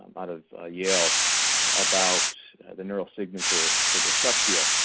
um out of ah yale about the neural signature for dyslexia.